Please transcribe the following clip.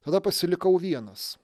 tada pasilikau vienas